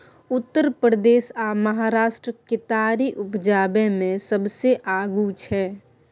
उत्तर प्रदेश आ महाराष्ट्र केतारी उपजाबै मे सबसे आगू छै